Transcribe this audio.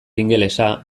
ingelesa